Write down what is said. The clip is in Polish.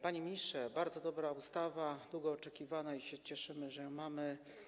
Panie ministrze, to bardzo dobra ustawa, długo oczekiwana i cieszymy się, że ją mamy.